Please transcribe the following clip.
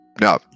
No